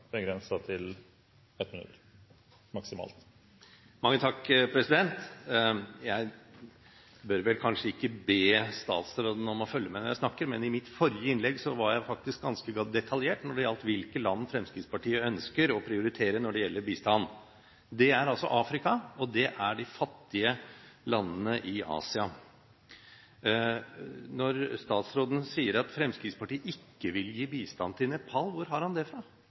til 1 minutt. Jeg bør kanskje ikke be statsråden om å følge med når jeg snakker, men i mitt forrige innlegg var jeg faktisk ganske detaljert når det gjaldt hvilke land Fremskrittspartiet ønsker å prioritere når det gjelder bistand. Det er altså Afrika, og det er de fattige landene i Asia. Når statsråden sier at Fremskrittspartiet ikke vil gi bistand til Nepal, hvor har han det fra?